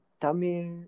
Tamil